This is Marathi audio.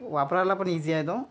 वापरायला पण इझी आहे तो